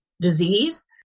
disease